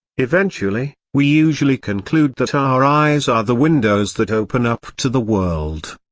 eventually, we usually conclude that our eyes are the windows that open up to the world.